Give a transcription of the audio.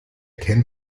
kennt